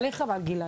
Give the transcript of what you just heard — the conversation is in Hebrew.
עליך ועל גלעד.